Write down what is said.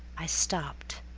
i stopped,